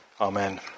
Amen